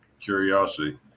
curiosity